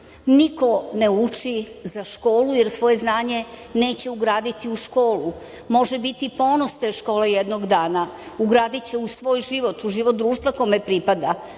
Niko ne uči za školu, jer svoje znanje neće ugraditi u školu, može biti ponos te škole jednog dana, ugradiće u svoj život, u život društva kome pripada.